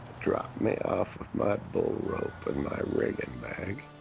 dropped me off with my bull rope and my rigging bag,